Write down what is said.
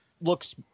looks